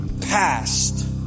past